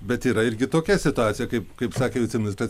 bet yra irgi tokia situacija kaip kaip sakė viceministras